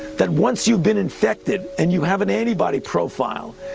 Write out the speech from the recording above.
that once you've been infected and you have an antibody profile,